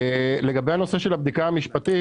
לגבי הנושא של הבדיקה המשפטית,